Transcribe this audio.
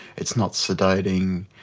it's not sedating,